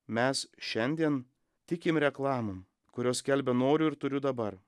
mes šiandien tikim reklamom kurios skelbia noriu ir turiu dabar